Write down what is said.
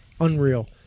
unreal